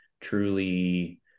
truly